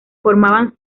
formaban